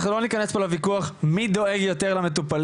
אנחנו לא ניכנס פה לוויכוח של מי דואג פה יותר למטופלים.